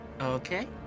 Okay